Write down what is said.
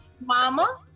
mama